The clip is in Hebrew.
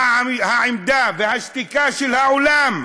והעמדה והשתיקה של העולם,